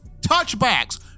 touchbacks